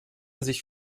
sich